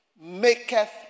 maketh